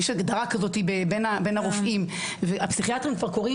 יש הגדרה כזאתי בין הרופאים והפסיכיאטרים כבר קוראים